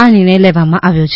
આ નિર્ણય લેવામાં આવ્યો છે